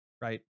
right